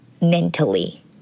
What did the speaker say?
mentally